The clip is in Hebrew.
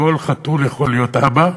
כל חתול יכול להיות אבא,